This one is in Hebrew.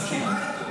טלי, את מסכימה איתו.